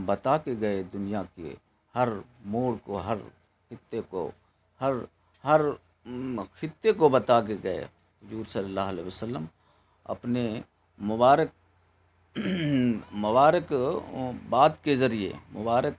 بتا کے گئے دنیا کے ہر موڑ کو ہر خطے کو ہر ہر خطے کو بتا کے گئے حجور صلی اللہ علیہ وسلم اپنے مبارک مبارک بات کے ذریعے مبارک